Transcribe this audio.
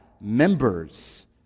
members